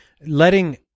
letting